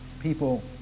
People